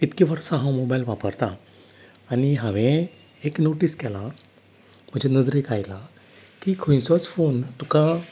इतकी वर्सा हांव मोबायल वापरतां आनी हांवें एक नोटीस केलां म्हजे नदरेक आयलां की खंयचोच फोन तुका